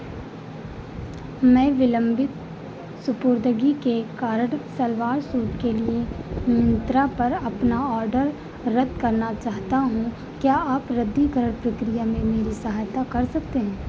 मैं विलंबित सुपुर्दगी के कारण सलवार सूट के लिए मिंत्रा पर अपना ऑर्डर रद्द करना चाहता हूँ क्या आप रद्दीकरण प्रक्रिया में मेरी सहायता कर सकते हैं